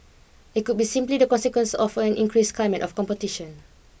it could be simply the consequence of an increased climate of competition